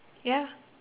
ya